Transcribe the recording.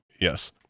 Yes